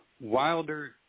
Wilder